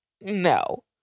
no